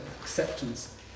acceptance